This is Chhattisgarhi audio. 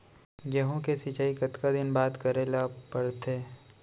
गेहूँ के सिंचाई कतका दिन बाद करे ला पड़थे?